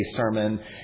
sermon